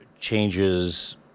changes